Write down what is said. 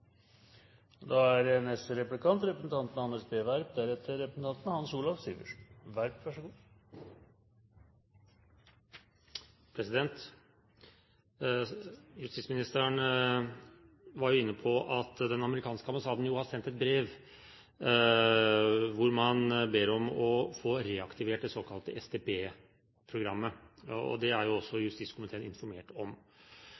Justisministeren var inne på at den amerikanske ambassaden har sendt et brev hvor man ber om å få reaktivert det såkalte Surveillance Detection Program. Det er også justiskomiteen informert om. Mitt spørsmål er i tilknytning til det. Det kan jo